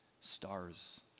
stars